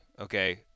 okay